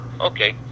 okay